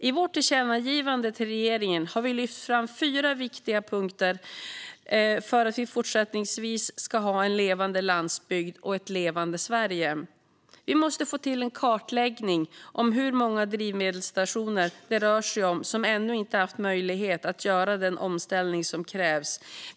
I vårt tillkännagivande till regeringen har vi lyft fram fyra viktiga punkter för att det även i fortsättningen ska finnas en levande landsbygd och ett levande Sverige. Vi måste få till en kartläggning om hur många drivmedelsstationer det rör sig om som ännu inte haft möjlighet att göra den omställning som krävs.